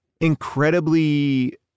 incredibly